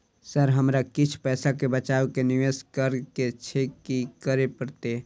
Sir हमरा किछ पैसा बचा कऽ निवेश करऽ केँ छैय की करऽ परतै?